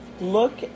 Look